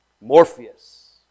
Morpheus